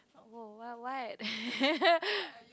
oh what what